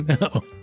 No